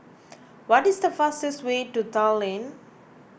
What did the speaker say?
what is the fastest way to Tallinn